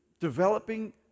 developing